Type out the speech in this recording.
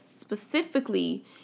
specifically